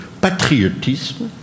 patriotisme